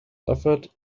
offered